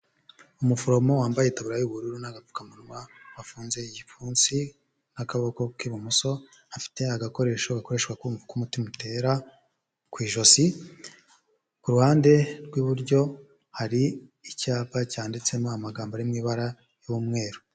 Umuforomo wambaye itaburiya y'ubururu n'agapfukamunwa, afunze igipfunsi n'akaboko k'ibumoso, afite agakoresho gakoreshwa kumva uko umutima utera ku ijosi, ku ruhande rw'iburyo hari icyapa cyanditsemo amagambo ari mu ibara ry'umweru.